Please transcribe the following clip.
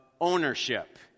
ownership